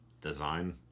design